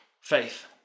faith